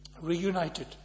reunited